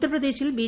ഉത്തർപ്രദേശിൽ ബി